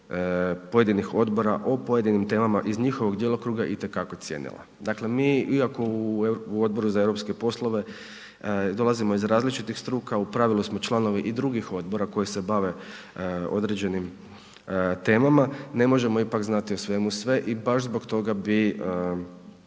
pojedinih odbora o pojedinim temama iz njihovog djelokruga itekako cijenila. Dakle, mi iako u Odboru za europske poslove dolazimo iz različitih struka u pravilu smo i članovi drugih odbora koji se bave određenim temama, ne možemo ipak znati o svemu sve i baš zbog toga bi